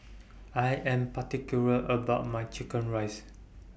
I Am particular about My Chicken Rice